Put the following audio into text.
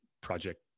project